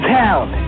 town